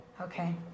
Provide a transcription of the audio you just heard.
Okay